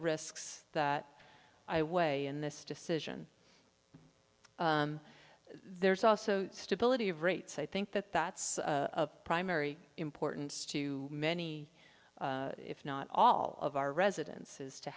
risks that i weigh in this decision there's also stability of rates i think that that's of primary importance to many if not all of our residences to